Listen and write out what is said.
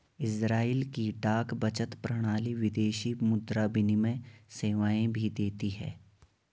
Israel की डाक बचत प्रणाली विदेशी मुद्रा विनिमय सेवाएं भी देती है